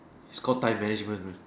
it's called time management right